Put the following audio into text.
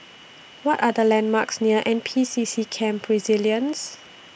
What Are The landmarks near N P C C Camp Resilience